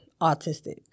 autistic